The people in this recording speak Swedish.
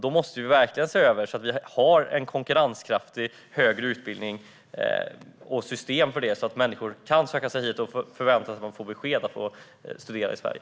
Vi måste verkligen se över det här för att ha en konkurrenskraftig högre utbildning och ett system för detta så att människor kan söka sig hit och kan förvänta sig att få besked huruvida de får studera i Sverige.